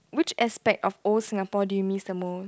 which aspect of old Singapore do you miss the most